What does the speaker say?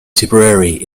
tipperary